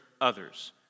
others